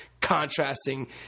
contrasting